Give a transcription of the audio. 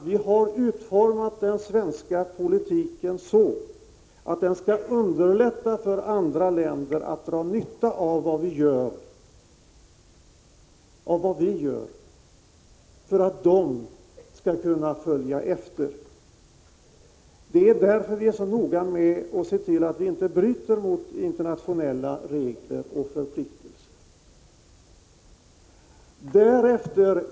Vi har utformat den svenska politiken så att den skall underlätta för andra länder att dra nytta av vad vi gör, så att de skall följa efter. Det är därför vi är så noga med att se till att vi inte bryter mot internationella regler och förpliktelser.